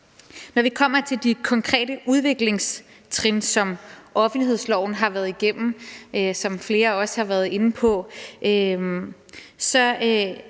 Når det kommer til de konkrete udviklingstrin, som offentlighedsloven har været igennem, som flere også har været inde på, for